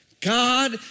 God